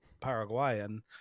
Paraguayan